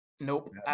Nope